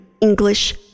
english